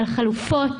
על חלופות,